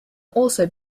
also